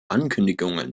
ankündigungen